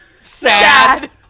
Sad